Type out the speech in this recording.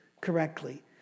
correctly